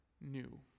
new